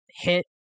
hit